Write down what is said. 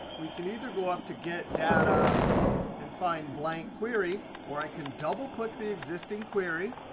we can either go up to get data and find blank query, or i can double click the existing query.